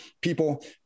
people